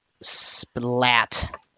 splat